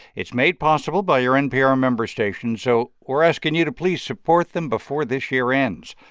it's made possible by your npr member stations. so we're asking you to please support them before this year ends.